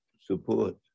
support